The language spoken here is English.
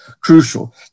crucial